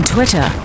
Twitter